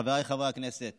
חברי כנסת